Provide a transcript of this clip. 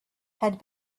had